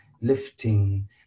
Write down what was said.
lifting